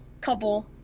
couple